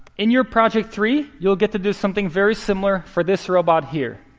in your project three, you'll get to do something very similar for this robot here.